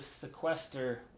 sequester